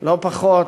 לא פחות,